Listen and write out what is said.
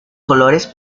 colores